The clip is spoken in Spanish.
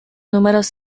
números